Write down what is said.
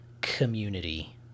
community